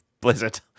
Blizzard